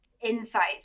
insights